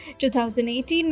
2018